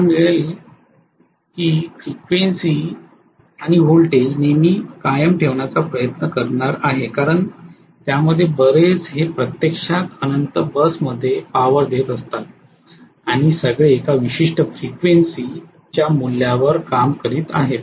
मला मिळेल मी फ्रिक्वेन्सी आणि व्होल्टेज नेहमी कायम ठेवण्याचा प्रयत्न करणार आहे कारण त्यामध्ये बरेच हे प्रत्यक्षात इन्फिनिटी बस मध्ये पॉवर देत असतात आणि आणि सगळे एका विशिष्ट फ्रिक्वेन्सी च्या मूल्यावर काम करीत आहेत